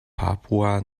papua